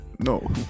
No